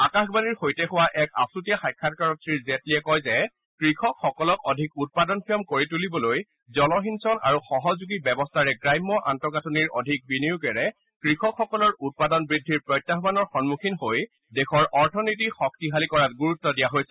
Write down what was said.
আকাশবাণীৰ সৈতে হোৱা এক আচুতীয়া সাক্ষাৎকাৰত শ্ৰীজেটলীয়ে কয় যে কৃষকসকলক অধিক উৎপাদনক্ষম কৰি তুলিবলৈ জলসিঞ্চন আৰু সহযোগী ব্যৱস্থাৰে গ্ৰাম্য আন্তঃগাঁঠনিৰ অধিক বিনিয়োগেৰে কৃষকসকলৰ উৎপাদন বৃদ্ধিৰ প্ৰত্যাহানৰ সন্মুখীন হৈ দেশৰ অথনীতি শক্তিশালী কৰাত গুৰুত্ব দিয়া হৈছে